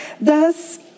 thus